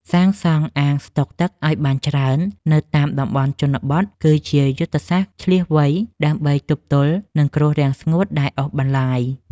សាងសង់អាងស្តុកទឹកឱ្យបានច្រើននៅតាមតំបន់ជនបទគឺជាយុទ្ធសាស្ត្រឈ្លាសវៃដើម្បីទប់ទល់នឹងគ្រោះរាំងស្ងួតដែលអូសបន្លាយ។